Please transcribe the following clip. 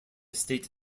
state